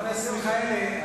חבר הכנסת מיכאלי,